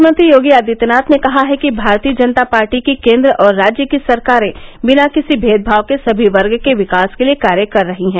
मुख्यमंत्री योगी आदित्यनाथ ने कहा है कि भारतीय जनता पार्टी की केन्द्र और राज्य की सरकारें बिना किसी भेदभाव के सभी वर्ग के विकास के लिये कार्य कर रही है